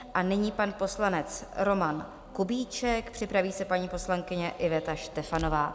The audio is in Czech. A nyní pan poslanec Roman Kubíček, připraví se paní poslankyně Iveta Štefanová.